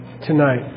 tonight